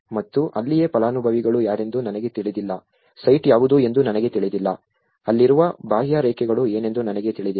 ಮತ್ತು ಅಲ್ಲಿಯೇ ಫಲಾನುಭವಿಗಳು ಯಾರೆಂದು ನನಗೆ ತಿಳಿದಿಲ್ಲ ಸೈಟ್ ಯಾವುದು ಎಂದು ನನಗೆ ತಿಳಿದಿಲ್ಲ ಅಲ್ಲಿರುವ ಬಾಹ್ಯರೇಖೆಗಳು ಏನೆಂದು ನನಗೆ ತಿಳಿದಿಲ್ಲ